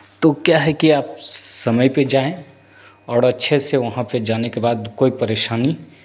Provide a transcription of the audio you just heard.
तो क्या है कि आप समय पे जाएं और अच्छे से वहाँ पे जाने के बाद कोई परेशानी